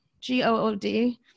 G-O-O-D